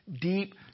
deep